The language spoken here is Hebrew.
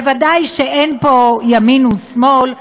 ודאי שאין פה ימין ושמאל,